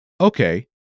Okay